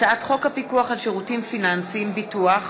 הצעת חוק הפיקוח על שירותים פיננסיים (ביטוח)